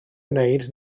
wneud